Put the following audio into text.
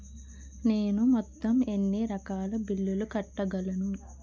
నేను మొత్తం ఎన్ని రకాల బిల్లులు కట్టగలను?